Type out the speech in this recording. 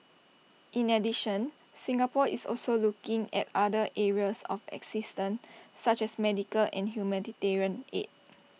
in addition Singapore is also looking at other areas of assistance such as medical and humanitarian aid